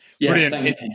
Brilliant